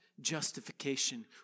justification